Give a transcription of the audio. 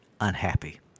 unhappy